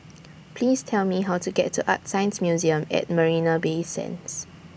Please Tell Me How to get to ArtScience Museum At Marina Bay Sands